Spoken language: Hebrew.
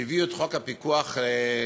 והביאו את חוק הפיקוח לכנסת,